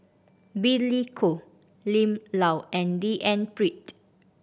Billy Koh Lim Lau and D N Pritt